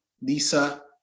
Lisa